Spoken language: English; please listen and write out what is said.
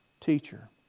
Teacher